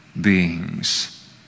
beings